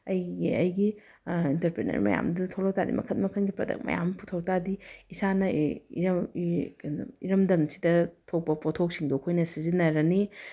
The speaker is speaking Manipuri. ꯑꯩꯒꯤ ꯑꯩꯒꯤ ꯏꯟꯇꯔꯄ꯭ꯔꯦꯅꯔ ꯃꯌꯥꯝꯗꯨ ꯊꯣꯛꯂꯛ ꯇꯥꯔꯗꯤ ꯃꯈꯜ ꯃꯈꯜꯒꯤ ꯄꯔꯗꯛ ꯃꯌꯥꯝ ꯄꯨꯊꯣꯛꯇꯥꯔꯗꯤ ꯏꯁꯥꯅ ꯀꯩꯅꯣ ꯏꯔꯝꯗꯝꯁꯤꯗ ꯊꯣꯛꯄ ꯄꯣꯠ ꯊꯣꯛꯁꯤꯡꯗꯣ ꯑꯩꯈꯣꯏꯅ ꯁꯤꯖꯤꯟꯅꯔꯅꯤ